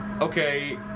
okay